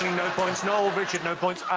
no points, noel, richard, no points.